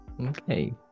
Okay